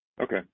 okay